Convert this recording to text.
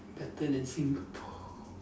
better than Singapore